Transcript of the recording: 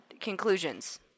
conclusions